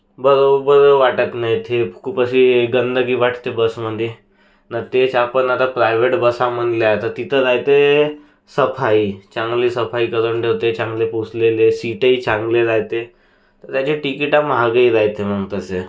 बरोबर वाटत नाही ते खूप अशी गंदगी वाटते बसमध्ये आणि तेच आपण आता प्रायव्हेट बसा म्हणल्या तर तिथं रहाते सफाई चांगली सफाई करून ठेवते चांगले पुसलेले सीटेही चांगले रहाते तर त्याचे तिकिटा महागही रहाते मग तसे